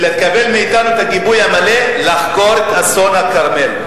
לקבל מאתנו את הגיבוי המלא לחקור את אסון הכרמל.